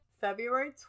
February